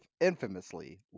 infamously